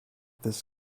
this